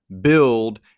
build